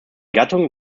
gattungen